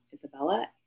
Isabella